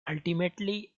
ultimately